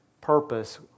purpose